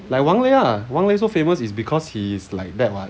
like 王雷 lah 王雷 so famous is because he is like that [what]